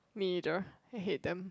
me neither I hate them